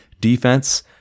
Defense